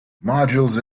modules